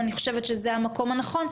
אני חושבת שזה המקום הנכון,